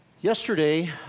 Yesterday